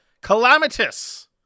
calamitous